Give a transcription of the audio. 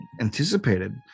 anticipated